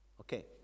Okay